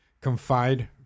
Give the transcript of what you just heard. confide